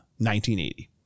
1980